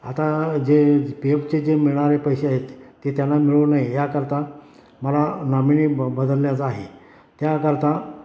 आता जे पी एफचे जे मिळणारे पैसे आहेत ते त्यांना मिळू नये याकरता मला नॉमिनी ब बदलल्याच आहे त्याकरता